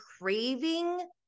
craving